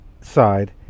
side